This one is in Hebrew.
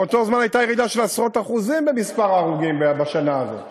באותו זמן הייתה ירידה של עשרות אחוזים במספר ההרוגים בשנה הזאת,